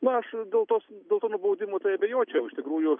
na aš dėl tos dėl to nubaudimo tai abejočiau iš tikrųjų